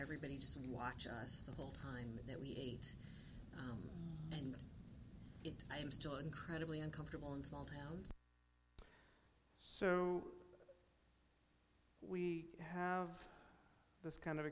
everybody just watch us the whole time that we i'm still incredibly uncomfortable in small town so we have this kind of